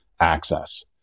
access